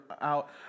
out